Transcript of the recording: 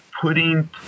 Putting